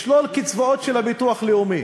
לשלול קצבאות של הביטוח הלאומי,